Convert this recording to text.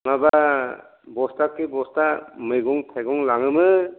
माबा बस्टाखि बस्टा मैगं थाइगं लाङोमोन